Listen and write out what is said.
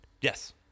Yes